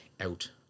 out